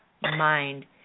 mind